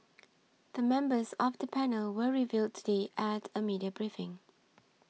the members of the panel were revealed today at a media briefing